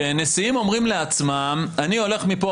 שנשיאים אומרים לעצמם: אני הולך מפה,